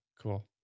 Cool